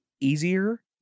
easier